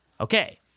Okay